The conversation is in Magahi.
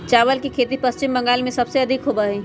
चावल के खेती पश्चिम बंगाल में सबसे अधिक होबा हई